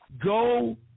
go